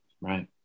Right